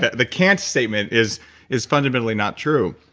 the can't statement is is fundamentally not true.